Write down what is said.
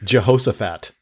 Jehoshaphat